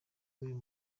bw’uyu